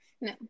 No